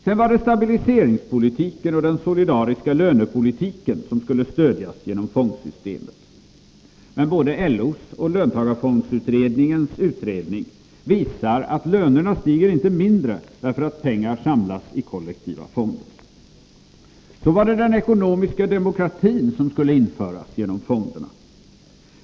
Sedan var det stabiliseringspolitiken och den solidariska lönepolitiken som skulle stödjas genom fondsystemet. Men både LO:s och löntagarfondsutredningens utredning visar att lönerna inte stiger mindre därför att pengar samlas i kollektiva fonder. Så var det den ekonomiska demokratin som skulle införas genom fonderna.